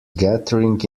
gathering